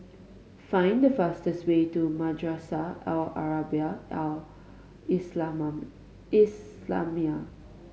find the fastest way to Madrasah Al Arabiah Al Islamiah